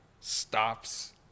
stops